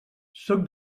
sóc